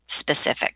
specific